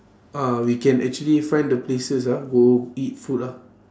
ah we can actually find the places ah go eat food lah